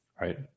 right